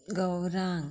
Gaurang